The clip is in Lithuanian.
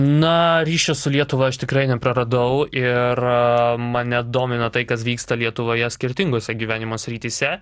na ryšio su lietuva aš tikrai nepraradau ir mane domina tai kas vyksta lietuvoje skirtingose gyvenimo srityse